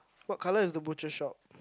what colour is the butcher shop